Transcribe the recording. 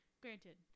Granted